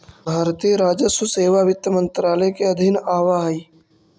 भारतीय राजस्व सेवा वित्त मंत्रालय के अधीन आवऽ हइ